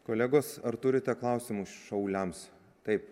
kolegos ar turite klausimų šauliams taip